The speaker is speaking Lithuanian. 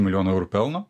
milijonų eurų pelno